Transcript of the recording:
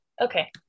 Okay